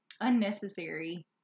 unnecessary